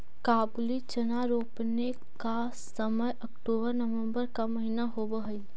काबुली चना रोपने का समय अक्टूबर नवंबर का महीना होवअ हई